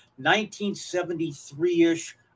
1973-ish